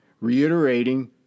reiterating